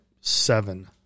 seven